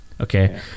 Okay